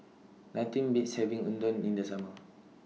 Nothing Beats having Unadon in The Summer